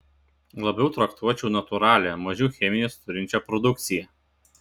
labiau traktuočiau natūralią mažiau chemijos turinčią produkciją